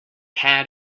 had